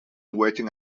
waiting